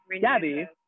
Gabby